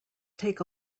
take